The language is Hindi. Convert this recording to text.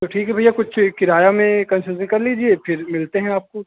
तो ठीक है भैया कुछ किराया में कन्सेसन कर लीजिए फिर मिलते हैं आपको